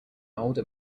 older